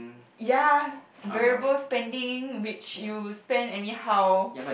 ya variable spendings which you spend anyhow